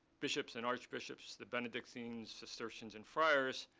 bishops and archbishops, the benedictines, cistercians, and friars,